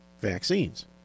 vaccines